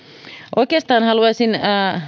oikeastaan haluaisin